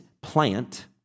plant